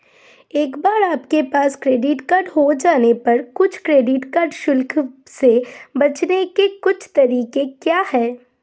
एक बार आपके पास क्रेडिट कार्ड हो जाने पर कुछ क्रेडिट कार्ड शुल्क से बचने के कुछ तरीके क्या हैं?